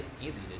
easy